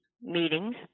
meetings